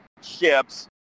ships